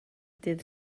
dydd